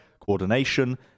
coordination